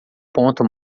ponto